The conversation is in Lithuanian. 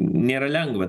nėra lengva